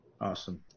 awesome